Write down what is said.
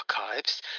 archives